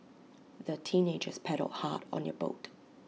the teenagers paddled hard on their boat